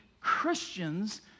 Christians